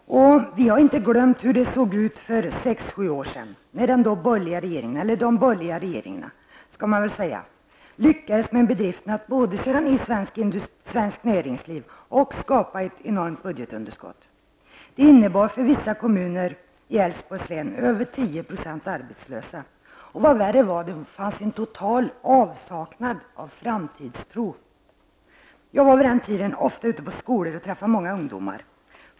Vi har inte glömt hur det såg ut för sex sju år sedan, när de borgerliga regeringarna lyckades med bedriften att både köra ner svenskt näringsliv och skapa ett enormt budgetunderskott. Det innebar för vissa kommuner i Älvsborgs län över 10 % arbetslösa och vad värre var, en total avsaknad av framtidstro. Jag var vid den tiden ofta ute på skolor och träffade många ungdomar.